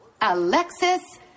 Alexis